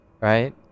right